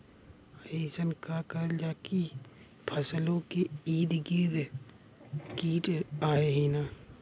अइसन का करल जाकि फसलों के ईद गिर्द कीट आएं ही न?